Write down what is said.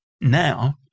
now